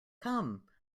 come